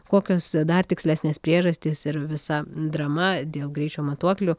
kokios dar tikslesnės priežastys ir visa drama dėl greičio matuoklių